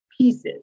pieces